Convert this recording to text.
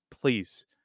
please